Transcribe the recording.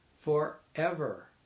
forever